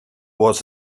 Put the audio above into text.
was